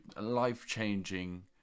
life-changing